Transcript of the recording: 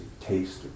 taste